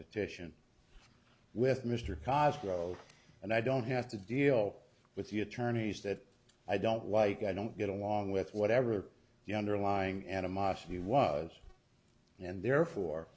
petition with mr cosco and i don't have to deal with the attorneys that i don't like i don't get along with whatever the underlying animosity was and therefore